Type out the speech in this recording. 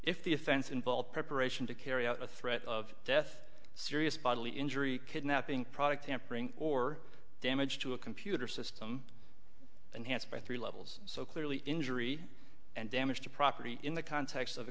if the offense and ball preparation to carry out a threat of death serious bodily injury kidnapping product tampering or damage to a computer system and hence by three levels so clearly injury and damage to property in the context of